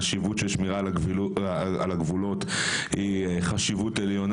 החשיבות של שמירה על הגבולות היא חשיבות עליונה